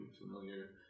Familiar